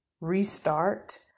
restart